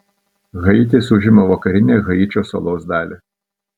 haitis užima vakarinę haičio salos dalį